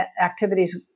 activities